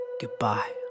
goodbye